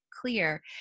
clear